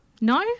No